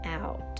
out